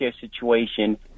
situation